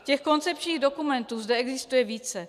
Těch koncepčních dokumentů zde existuje více.